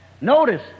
notice